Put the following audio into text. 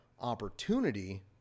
opportunity